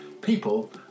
people